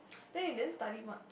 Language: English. then you didn't study much